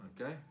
okay